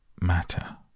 matter